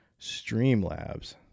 Streamlabs